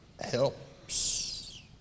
helps